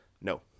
No